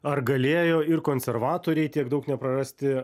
ar galėjo ir konservatoriai tiek daug neprarasti